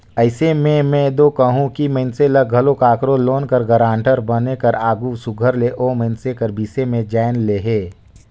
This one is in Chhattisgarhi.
अइसे में में दो कहूं कि मइनसे ल घलो काकरो लोन कर गारंटर बने कर आघु सुग्घर ले ओ मइनसे कर बिसे में जाएन लेहे